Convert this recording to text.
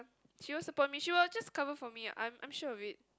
she will support me she will just cover for me ah I'm I'm sure of it